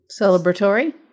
Celebratory